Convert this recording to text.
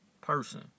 person